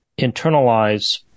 internalize